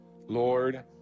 Lord